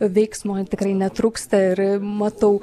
veiksmo tikrai netrūksta ir matau